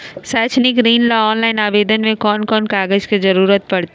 शैक्षिक ऋण ला ऑनलाइन आवेदन में कौन कौन कागज के ज़रूरत पड़तई?